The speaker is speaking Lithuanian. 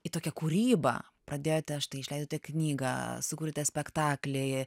į tokią kūrybą pradėjote štai išleidote knygą sukūrėte spektaklį